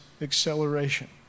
acceleration